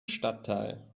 stadtteil